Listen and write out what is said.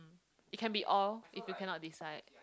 it can be all if you cannot decide